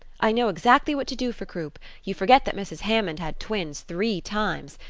i know exactly what to do for croup. you forget that mrs. hammond had twins three times.